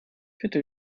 bitte